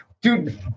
dude